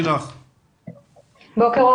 בוקר טוב.